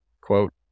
quote